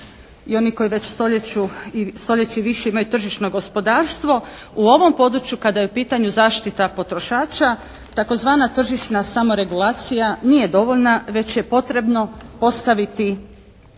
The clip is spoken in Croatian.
i onih koji već stoljeće i više imaju tržišno gospodarstvo u ovom području kada je u pitanju zaštita potrošača tzv. tržišna samoregulacija nije dovoljna već je potrebno postaviti